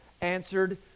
answered